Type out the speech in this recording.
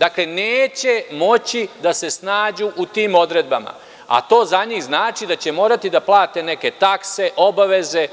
Dakle, neće moći da se snađu u tim odredbama a to za njih znači da će morati da plate neke takse, obaveze